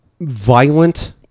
violent